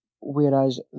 Whereas